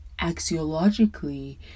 axiologically